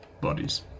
bodies